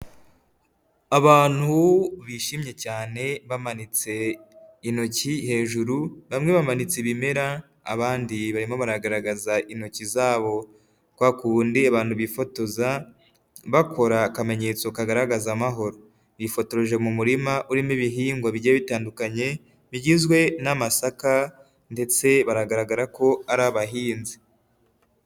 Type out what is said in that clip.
Abantu bishimye cyane bamanitse intoki hejuru, bamwe bamanitse ibimera, abandi barimo baragaragaza intoki zabo kwa ku ndi abantu bifotoza bakora akamenyetso kagaragaza amahoro, bifotoreje mu murima urimo ibihinyigwa bigiye bitandukanye bigizwe n'amasaka ndetse baragaragara ko ari abahinzi.